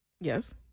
Yes